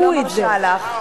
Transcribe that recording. אני לא מרשה לך.